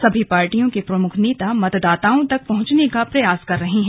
सभी पार्टियों के प्रमुख नेता मतदाताओं तक पहुंचने का प्रयास कर रहे हैं